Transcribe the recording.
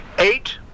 Eight